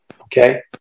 okay